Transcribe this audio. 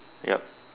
yup